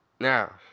Now